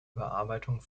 bearbeitung